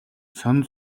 сонин